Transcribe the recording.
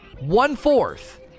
One-fourth